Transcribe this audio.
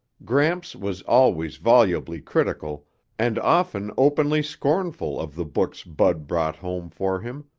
gramps was always volubly critical and often openly scornful of the books bud brought home for him,